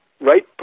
right